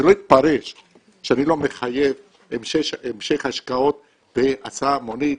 שלא יתפרש שאני לא מחייב המשך השקעות בהסעה המונית,